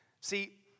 See